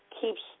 keeps